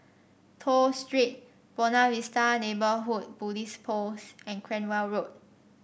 Toh Street Buona Vista Neighbourhood Police Post and Cranwell Road